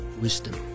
wisdom